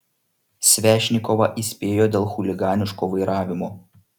svešnikovą įspėjo dėl chuliganiško vairavimo